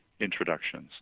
introductions